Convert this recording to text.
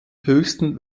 höchsten